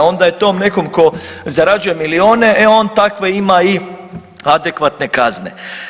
E onda je tom nekom tko zarađuje milione e on takve ima i adekvatne kazne.